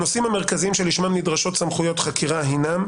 הנושאים המרכזיים שלשמם נדרשות סמכויות חקירה הינם: